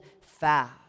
fast